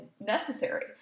necessary